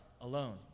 alone